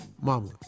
mama